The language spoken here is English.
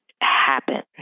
happen